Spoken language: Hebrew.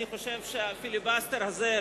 אני חושב שהפיליבסטר הזה,